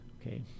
okay